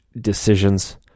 decisions